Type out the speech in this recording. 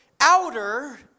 outer